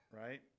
right